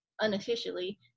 unofficially